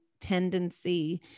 tendency